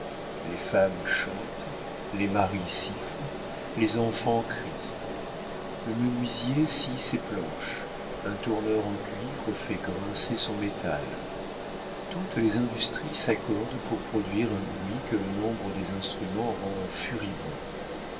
les femmes chantent les maris sifflent les enfants crient le menuisier scie ses planches un tourneur en cuivre fait grincer son métal toutes les industries s'accordent pour produire un bruit que le nombre des instruments rend furibond